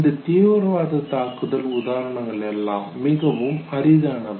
இந்த தீவிரவாத தாக்குதல் உதாரணங்கள் எல்லாம் மிகவும் அரிதானவை